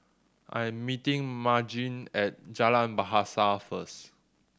I am meeting Margene at Jalan Bahasa first